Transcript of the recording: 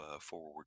forward